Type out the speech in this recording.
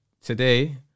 Today